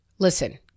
Listen